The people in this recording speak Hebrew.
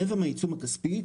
רבע מהעיצום הכספי,